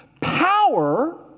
Power